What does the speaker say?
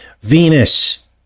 Venus